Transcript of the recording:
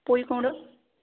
পুঁইকুমড়ো